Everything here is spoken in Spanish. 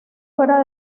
fuera